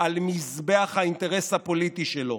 על מזבח האינטרס הפוליטי שלו,